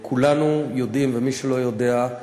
כולנו יודעים, ומי שלא יודע,